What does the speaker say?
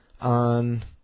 on